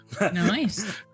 Nice